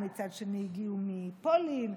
מצד שני הגיעו מפולין,